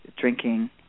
drinking